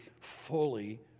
fully